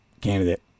candidate